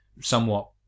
somewhat